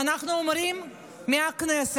ואנחנו אומרים מהכנסת